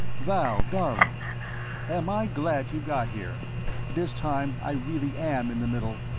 vall, darling am i glad you got here this time i really am in the middle,